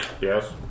yes